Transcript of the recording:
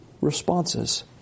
responses